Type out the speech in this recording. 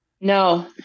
No